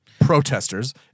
protesters